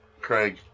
Craig